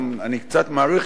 אני קצת מאריך,